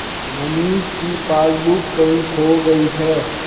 मनीष की पासबुक कहीं खो गई है